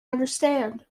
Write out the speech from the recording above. understand